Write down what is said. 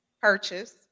purchase